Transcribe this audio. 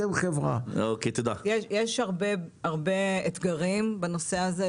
הרבה אתגרים בנושא הזה.